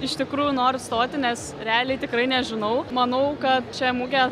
iš tikrųjų noriu stoti nes realiai tikrai nežinau manau kad šią mugę